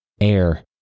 air